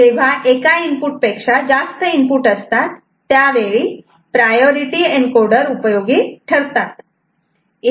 जेव्हा एका इनपुट पेक्षा जास्त इनपुट असतात त्यावेळी प्रायोरिटी एनकोडर उपयोगी ठरतात